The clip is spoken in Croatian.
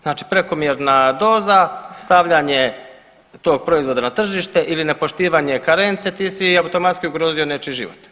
Znači prekomjerna doza stavljanje tog proizvoda na tržište ili nepoštivanje karence ti si automatski ugrozio neki život.